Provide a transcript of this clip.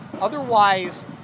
Otherwise